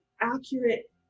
accurate